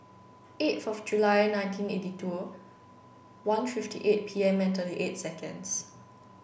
eighth of July nineteen eighty two one fifty eight P M and thirty eight seconds